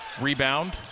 Rebound